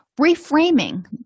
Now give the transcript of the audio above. Reframing